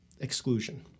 exclusion